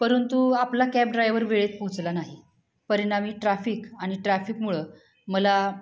परंतु आपला cab driver वेळेत पोचला नाही परिणामी ट्राफिक आणि ट्रॅफिकमुळं मला